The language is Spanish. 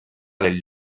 del